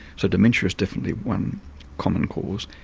so dementia is definitely one common cause,